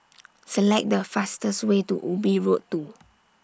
Select The fastest Way to Ubi Road two